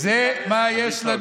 זה מה יש.